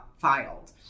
filed